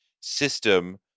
system